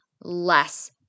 less